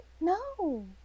No